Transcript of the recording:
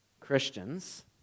Christians